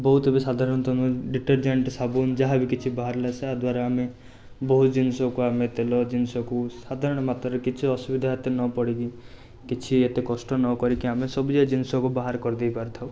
ବହୁତ ଏବେ ସାଧାରଣତଃ ଡିଟର୍ଜେଣ୍ଟ୍ ସାବୁନ ଯାହାବି କିଛି ବାହାରିଲା ସବୁ ସା ଦ୍ଵାରା ଆମେ ବହୁତ ଜିନିଷକୁ ଆମେ ତେଲ ଜିନିଷକୁ ସାଧାରଣ ମାତ୍ରାରେ କିଛି ଅସୁବିଧା ଏତେ ନପଡ଼ିକି କିଛି ଏତେ କଷ୍ଟ ନକରିକି ଆମେ ସବୁ ଏ ଜିନିଷକୁ ବାହାର କରିଦେଇ ପାରିଥାଉ